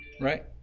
Right